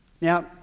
Now